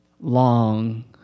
long